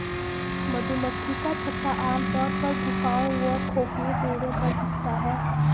मधुमक्खी का छत्ता आमतौर पर गुफाओं व खोखले पेड़ों पर दिखता है